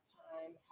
time